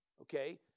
Okay